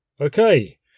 Okay